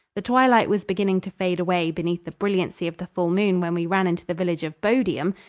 the twilight was beginning to fade away beneath the brilliancy of the full moon when we ran into the village of bodiam,